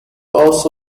also